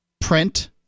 print